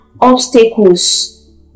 obstacles